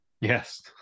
Yes